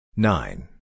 Nine